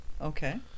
Okay